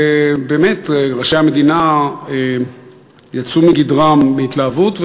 באמת ראשי המדינה יצאו מגדרם מהתלהבות,